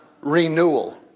renewal